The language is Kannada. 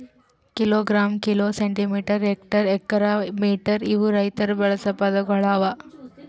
kilogram, kilo, centimetre, hectare, acre, metre ಇವು ರೈತುರ್ ಬಳಸ ಪದಗೊಳ್ ಅವಾ